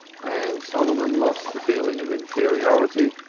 and solomon lost the feeling of inferiority,